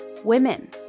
Women